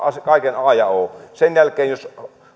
kaiken a ja o sen jälkeen jos